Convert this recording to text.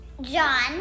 John